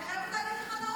אבל אני חייבת להגיד לך,